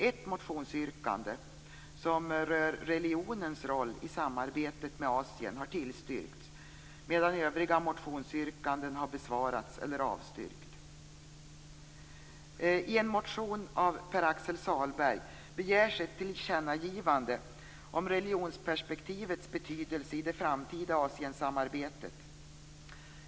Ett motionsyrkande rörande religionens roll i samarbetet med Asien tillstyrks, medan övriga motionsyrkanden besvaras eller avstyrks. Fru talman! I en motion av Pär Axel Sahlberg begärs ett tillkännagivande om religionsperspektivets betydelse i det framtida Asiensamarbetet.